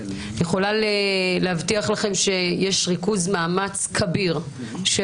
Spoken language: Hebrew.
אני יכולה להבטיח לכם שיש ריכוז מאמץ כביר של